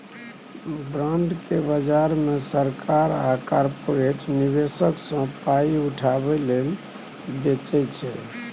bond केँ बजार मे सरकार आ कारपोरेट निबेशक सँ पाइ उठाबै लेल बेचै छै